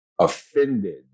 offended